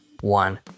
one